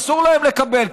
אסור להם לקבל,